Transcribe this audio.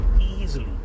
easily